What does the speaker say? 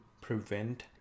prevent